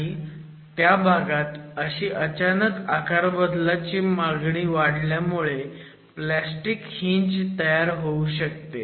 आणि त्या भागात अशी अचानक आकारबदलाची मागणी वाढल्यामुळे प्लास्टिक हिंज तयार होऊ शकते